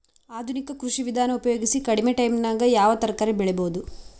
ಆಧುನಿಕ ಕೃಷಿ ವಿಧಾನ ಉಪಯೋಗಿಸಿ ಕಡಿಮ ಟೈಮನಾಗ ಯಾವ ತರಕಾರಿ ಬೆಳಿಬಹುದು?